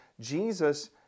Jesus